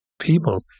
people